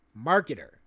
marketer